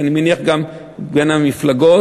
ואני מניח גם בין המפלגות,